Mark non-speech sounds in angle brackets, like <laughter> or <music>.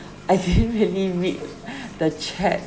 I didn't <laughs> really read the chat